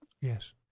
Yes